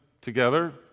together